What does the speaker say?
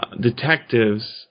Detectives